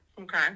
okay